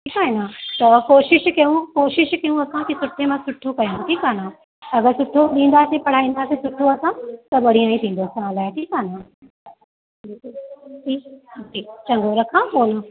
ठीकु आहे न त कोशिशि कयूं कोशिशि कयूं की असां सुठे मां सुठो कयूं अगरि सुठो ॾींदासीं पढ़ाईंदासीं सुठो त असां त बढ़िया ई थींदो असां लाइ बि ठीकु आहे न ठीकु ठीकु चलो रखां फ़ोन